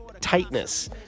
tightness